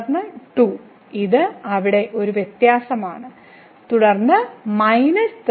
തുടർന്ന് 2 ഇത് അവിടെ ഒരു വ്യത്യാസമാണ് തുടർന്ന് 3e3x